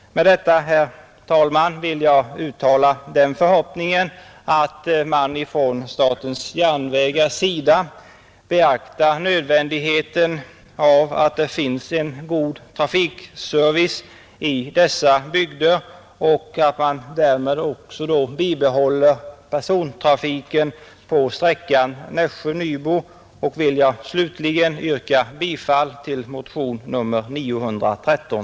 Med detta, herr talman, vill jag uttala förhoppningen att man från statens järnvägars sida beaktar nödvändigheten av att det finns en god trafikservice i dessa bygder och att man därmed också bibehåller persontrafiken på sträckan Nässjö—Nybro. Slutligen vill jag yrka bifall till motionen 913.